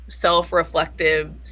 self-reflective